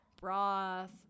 broth